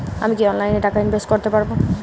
আমি কি অনলাইনে টাকা ইনভেস্ট করতে পারবো?